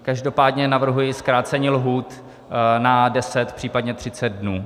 Každopádně navrhuji zkrácení lhůt na deset, případně třicet dnů.